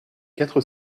quatre